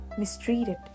mistreated